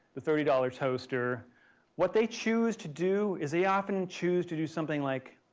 the thirty dollars toaster what they choose to do is they often choose to do something like